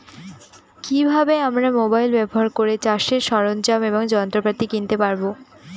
কি ভাবে আমরা মোবাইল ব্যাবহার করে চাষের সরঞ্জাম এবং যন্ত্রপাতি কিনতে পারবো?